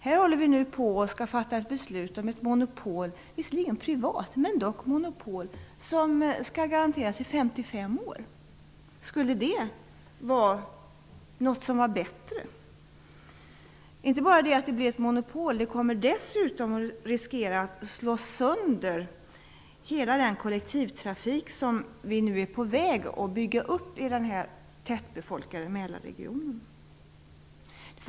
Här skall vi nu fatta beslut om ett monopol, visserligen privat, som skall garanteras i 55 år. Skulle det vara bättre? Inte bara det att det blir ett monopol, det riskerar dessutom att slå sönder den kollektivtrafik som vi är på väg att bygga upp i den tättbefolkade Mälarregionen.